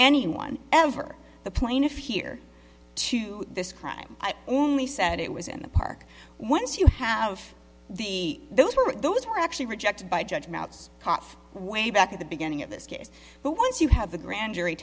anyone ever the plaintiff here to this crime i only said it was in the park once you have the those were those were actually rejected by judge mouse way back at the beginning of this case but once you have the grand jury